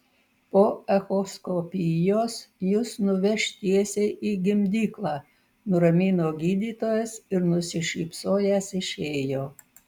po echoskopijos jus nuveš tiesiai į gimdyklą nuramino gydytojas ir nusišypsojęs išėjo